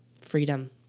freedom